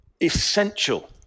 essential